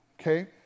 okay